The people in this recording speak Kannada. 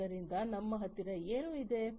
ಆದ್ದರಿಂದ ನಮ್ಮ ಹತ್ತಿರ ಏನು ಇದೆ